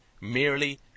merely